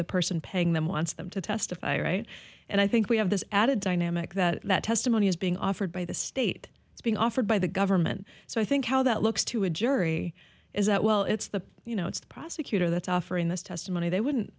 the person paying them wants them to testify right and i think we have this added dynamic that that testimony is being offered by the state that's being offered by the government so i think how that looks to a jury is that well it's the you know it's the prosecutor that's offering this testimony they wouldn't